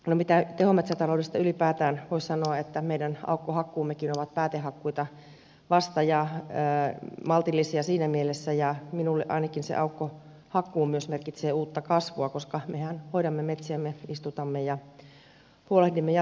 no mitä tehometsätaloudesta ylipäätään voi sanoa että meidän aukkohakkuummekin ovat vasta päätehakkuita ja siinä mielessä maltillisia ja minulle ainakin se aukkohakkuu merkitsee myös uutta kasvua koska mehän hoidamme metsiä me istutamme ja huolehdimme jatkosta